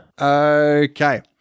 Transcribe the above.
Okay